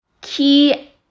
key